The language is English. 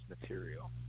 material